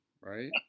Right